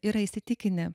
yra įsitikinę